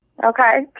Okay